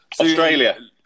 Australia